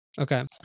okay